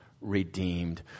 redeemed